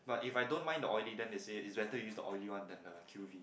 but if I don't mind the oily then they say it's better to use the oily one than the Q_V